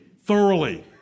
thoroughly